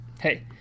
hey